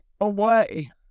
away